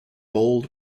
bold